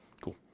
Cool